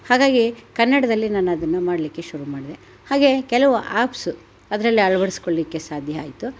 ಹಾಗಾಗಿ ಕನ್ನಡದಲ್ಲಿ ನಾನದನ್ನು ಮಾಡಲಿಕ್ಕೆ ಶುರು ಮಾಡಿದೆ ಹಾಗೇ ಕೆಲವು ಆ್ಯಪ್ಸು ಅದರಲ್ಲಿ ಅಳವಡ್ಸ್ಕೊಳ್ಲಿಕ್ಕೆ ಸಾಧ್ಯ ಆಯಿತು